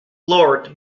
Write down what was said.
lord